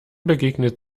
begegnet